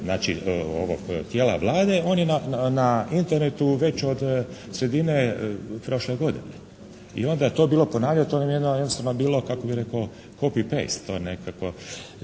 znači ovog tijela Vlade, on je na Internetu već od sredine prošle godine. I onda je to bilo ponavljanje. To je jednostavno bilo kako bih rekao copy paste, to nekakvo,